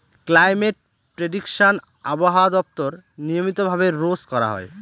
climate prediction আবহাওয়া দপ্তর নিয়মিত ভাবে রোজ করা হয়